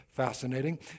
fascinating